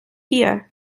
hier